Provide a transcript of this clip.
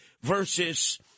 versus